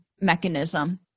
mechanism